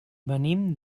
venim